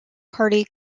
party